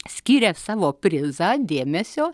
skyrė savo prizą dėmesio